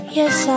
yes